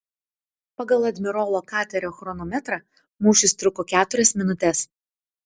pagal admirolo katerio chronometrą mūšis truko keturias minutes